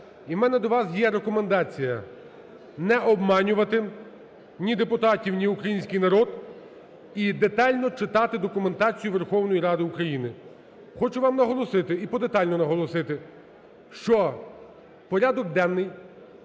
І у мене до вас є рекомендація: не обманювати ні депутатів, ні український народ і детально читати документацію Верховної Ради України. Хочу вам наголосити, і подетально наголосити, що порядок денний